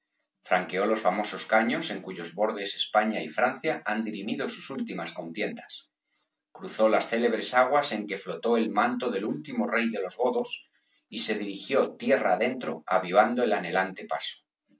franqueó los famosos caños en cuyos bordes españa y francia han dirimido sus últimas contiendas cruzó las célebres aguas en que flotó el manto del último rey de los godos y se dirigió tierra adentro avivando el anhelante paso